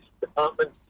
department